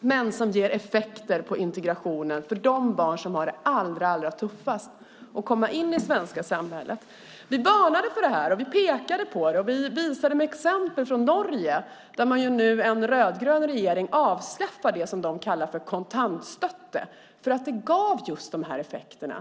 men som ger effekter på integrationen och för de barn som har det allra tuffast att komma in i det svenska samhället. Vi varnade för det här och visade på exempel från Norge, där de nu har en rödgrön regering som avskaffar det som de kallar för kontantstøtte för att det gav just de här effekterna.